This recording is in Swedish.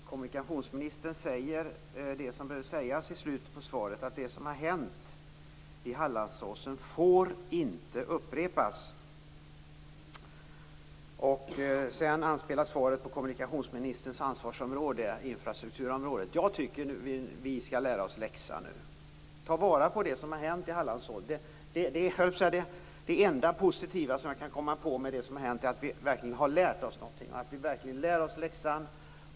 Herr talman! Kommunikationsministern säger det som behöver sägas i slutet på svaret, dvs. att det som har hänt vid Hallandsåsen inte får upprepas. Det anspelas i svaret på kommunikationsministerns ansvarsområde - infrastrukturområdet. Jag tycker att vi skall lära oss läxan och ta vara på det som har hänt i Hallandsåsen. Det enda positiva som jag kan komma på med det som har hänt är att vi verkligen lär oss läxan.